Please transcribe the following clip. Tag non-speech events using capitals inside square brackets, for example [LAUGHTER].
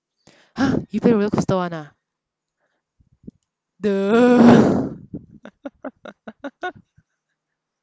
!huh! you play roller coaster [one] ah [NOISE] [LAUGHS]